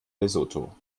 lesotho